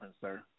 sir